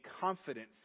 confidence